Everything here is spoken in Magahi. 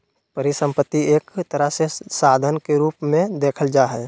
परिसम्पत्ति के एक तरह से साधन के रूप मे देखल जा हय